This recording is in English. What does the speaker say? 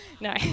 No